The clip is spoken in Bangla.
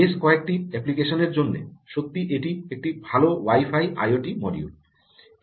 বেশ কয়েকটি অ্যাপ্লিকেশনের জন্য সত্যই এটি একটি ভাল ওয়াই ফাই আইওটি মডিউল